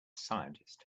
scientist